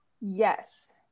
Yes